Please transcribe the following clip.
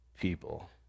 people